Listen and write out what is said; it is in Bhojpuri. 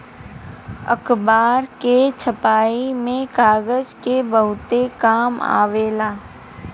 अखबार के छपाई में कागज के बहुते काम आवेला